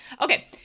Okay